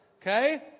Okay